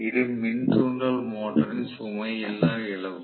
இது மின் தூண்டல் மோட்டரின் சுமை இல்லா இழப்பு